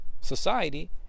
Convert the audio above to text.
Society